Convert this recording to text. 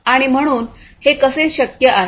आणि म्हणून हे कसे शक्य आहे